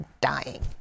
dying